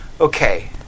Okay